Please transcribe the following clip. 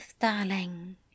darling